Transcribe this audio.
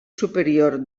superior